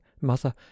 mother